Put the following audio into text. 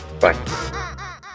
Bye